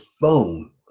phone